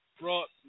brought